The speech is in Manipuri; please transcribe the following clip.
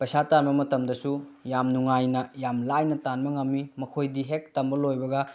ꯄꯩꯁꯥ ꯇꯥꯟꯕ ꯃꯇꯝꯗꯁꯨ ꯌꯥꯝ ꯅꯨꯡꯉꯥꯏꯅ ꯌꯥꯝ ꯂꯥꯏꯅ ꯇꯥꯟꯕ ꯉꯝꯃꯤ ꯃꯈꯣꯏꯗꯤ ꯍꯦꯛ ꯇꯝꯕ ꯂꯣꯏꯕꯒ